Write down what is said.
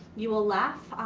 you will laugh,